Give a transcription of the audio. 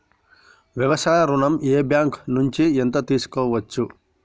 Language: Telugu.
వ్యవసాయ ఋణం ఏ బ్యాంక్ నుంచి ఎంత తీసుకోవచ్చు?